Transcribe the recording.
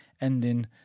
ending